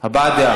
הבעת דעה.